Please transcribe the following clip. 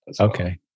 Okay